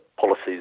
policies